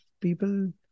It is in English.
people